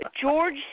George